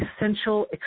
essential